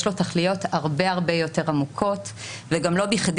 יש לו תכליות הרבה יותר עמוקות וגם לא בכדי